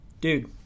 Dude